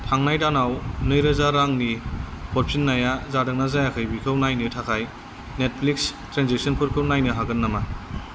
थांनाय दानाव नैरोजा रां नि हरफिन्नाया जादोंना जायाखै बेखौ नायनो थाखाय नेटफ्लिक्स ट्रेन्जेकसनफोरखौ नायनो हागोन नामा